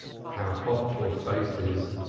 how hot your face is,